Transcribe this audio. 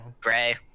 Gray